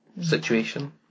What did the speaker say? situation